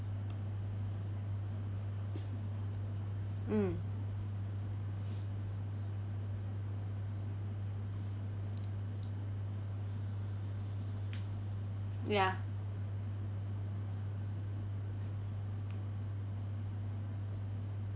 mm ya